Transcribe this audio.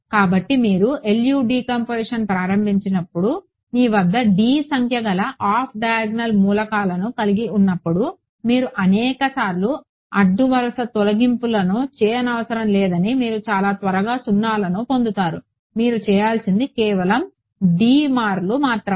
కాబట్టి మీరు LU decomposition ప్రారంభించినప్పుడు మీ వద్ద d సంఖ్య గల ఆఫ్ డియాగొనాల్ మూలకాలను కలిగి ఉన్నప్పుడు మీరు అనేక సార్లు అడ్డు వరుస తొలగింపులను చేయనవసరం లేదని మీరు చాలా త్వరగా 0లను పొందుతారు మీరు చేయాల్సింది కేవలం d మార్లు మాత్రమే